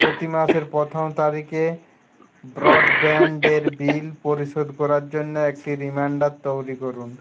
প্রতি মাসের প্রথম তারিখে ব্রডব্যান্ডের বিল পরিশোধ করার জন্য একটি রিমাইন্ডার তৈরি করুন